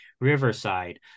Riverside